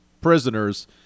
prisoners